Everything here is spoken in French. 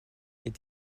est